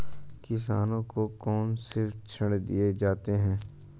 किसानों को कौन से ऋण दिए जाते हैं?